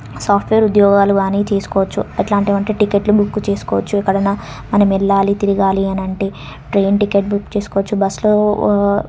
software ఉద్యోగాలు కానీ చేసుకోవచ్చు ఎట్లాంటివి అంటే టికెట్లు బుక్కు చేసుకోవచ్చు ఎక్కడైనా మనము వెళ్ళాలి తిరగాలి అని అంటే ట్రైన్ టికెట్ బుక్ చేసుకోవచ్చు బస్లో